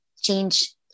change